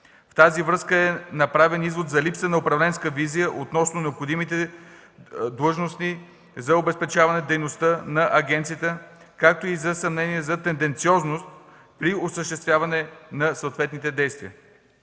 В тази връзка е направен извод за липса на управленска визия относно необходимите длъжности за обезпечаване дейността на агенцията, както и за съмнения за тенденциозност при осъществяване на съответните действия.